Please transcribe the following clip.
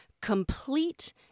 complete